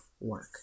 work